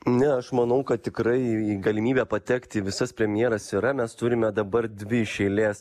ne aš manau kad tikrai į galimybė patekti į visas premjeras yra mes turime dabar dvi iš eilės